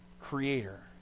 creator